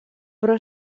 però